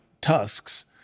tusks